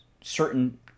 certain